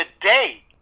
today